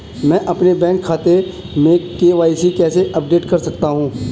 मैं अपने बैंक खाते में के.वाई.सी कैसे अपडेट कर सकता हूँ?